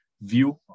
view